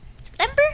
September